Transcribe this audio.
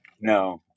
No